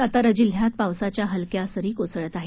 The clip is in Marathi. सातारा जिल्ह्यात पावसाच्या हलक्या सरी कोसळत आहेत